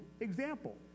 example